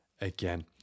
again